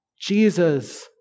Jesus